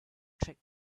trick